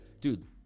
dude